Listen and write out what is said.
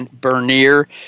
Bernier